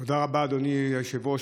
תודה רבה, אדוני היושב-ראש.